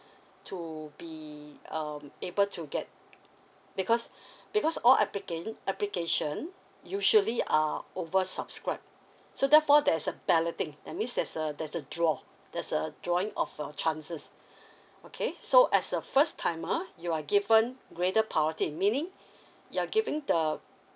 to be um able to get because because all applican~ application usually uh over subscribe so therefore there's a balloting that means there's a there's a draw there's a drawing of your chances okay so as a first timer you are given greater priority meaning you're given the